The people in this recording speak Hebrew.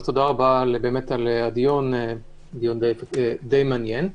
תודה על הדיון המעניין.